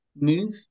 move